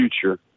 future